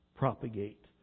Propagate